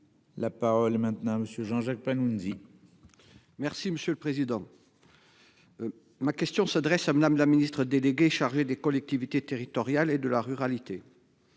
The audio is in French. La parole maintenant Monsieur Jean-Jacques Panunzi. Merci monsieur le président. Ma question s'adresse à Madame la Ministre délégué chargé des collectivités territoriales et de la ruralité.